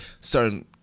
certain